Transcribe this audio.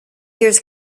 years